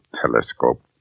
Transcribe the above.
telescope